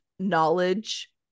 knowledge